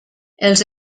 els